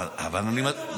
אין לו מנדט מוסרי.